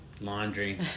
Laundry